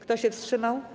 Kto się wstrzymał?